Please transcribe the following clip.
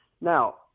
Now